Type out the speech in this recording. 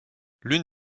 l’une